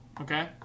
Okay